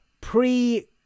pre